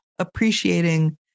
appreciating